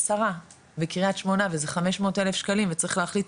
עשרה בקרית שמונה וזה 500 אלף שקלים וצריך להחליט